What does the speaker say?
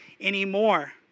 anymore